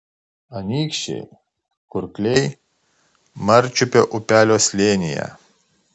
anykščiai kurkliai marčiupio upelio slėnyje